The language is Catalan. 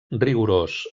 rigorós